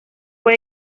fue